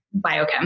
biochem